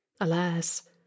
Alas